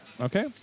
Okay